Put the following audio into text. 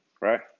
Right